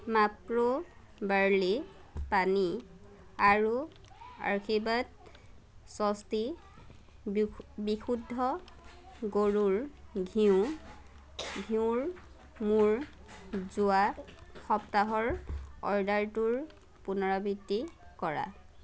Mapro barley পানী আৰু আশীৰ্বাদ স্বস্তি বিশু বিশুদ্ধ গৰুৰ ঘিউ ঘিউৰ মোৰ যোৱা সপ্তাহৰ অৰ্ডাৰটোৰ পুনৰাবৃত্তি কৰা